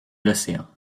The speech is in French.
l’océan